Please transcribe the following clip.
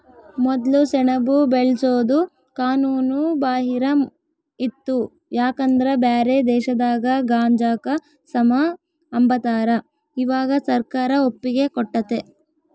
ಮೊದ್ಲು ಸೆಣಬು ಬೆಳ್ಸೋದು ಕಾನೂನು ಬಾಹಿರ ಇತ್ತು ಯಾಕಂದ್ರ ಬ್ಯಾರೆ ದೇಶದಾಗ ಗಾಂಜಾಕ ಸಮ ಅಂಬತಾರ, ಇವಾಗ ಸರ್ಕಾರ ಒಪ್ಪಿಗೆ ಕೊಟ್ಟತೆ